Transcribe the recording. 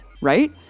right